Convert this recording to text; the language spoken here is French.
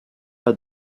pas